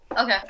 Okay